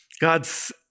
God's